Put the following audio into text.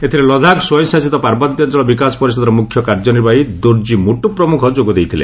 ଏଥିରେ ଲଦାଖ ସ୍ୱୟଂଶାସିତ ପାର୍ବତ୍ୟାଞ୍ଚଳ ବିକାଶ ପରିଷଦର ମୁଖ୍ୟ କାର୍ଯ୍ୟନିର୍ବାହୀ ଦୋର୍ଜି ମୁଟୁପ୍ ପ୍ରମୁଖ ଯୋଗ ଦେଇଥିଲେ